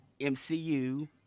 mcu